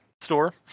store